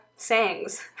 sayings